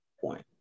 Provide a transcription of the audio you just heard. point